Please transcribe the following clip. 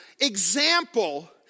example